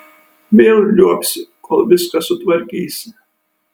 vėl liuobsi kol viską sutvarkysi